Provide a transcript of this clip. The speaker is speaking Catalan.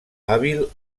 hàbil